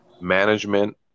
management